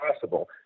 possible